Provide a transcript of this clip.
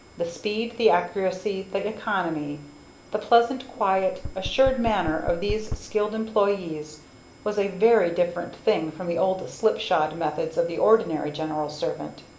the speed, the accuracy, the economy the pleasant, quiet, assured manner of these skilled employees was a very different thing from the old slipshod methods of the ordinary general servant.